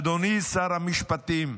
אדוני שר המשפטים,